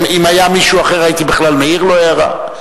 אם היה מישהו אחר, הייתי בכלל מעיר לו הערה?